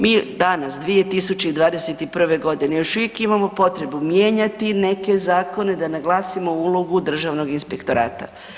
Mi danas 2021. godine još uvijek imamo potrebu mijenjati neke zakone da naglasimo ulogu Državnog inspektorata.